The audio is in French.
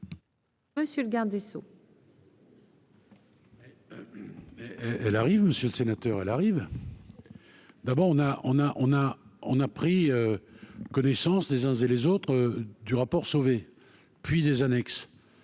Monsieur le garde des Sceaux. Elle arrive, monsieur le sénateur, elle arrive d'abord on a, on a, on a, on a pris connaissance des uns et les autres du rapport Sauvé puis des annexes